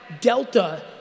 delta